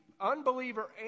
unbeliever